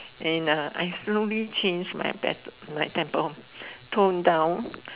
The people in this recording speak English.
and uh I slowly changed my temper tone down